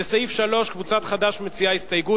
לסעיף 3 קבוצת חד"ש מציעה הסתייגות.